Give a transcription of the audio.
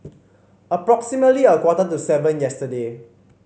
approximately a quarter to seven yesterday